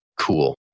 cool